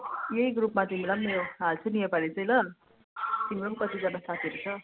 यही ग्रुपमा तिमीलाई पनि म हाल्छु नि योपालि चाहिँ ल तिम्रो पनि कति जना साथीहरू छ